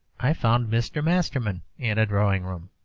i found mr. masterman in a drawing-room.